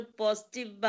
positive